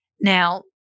now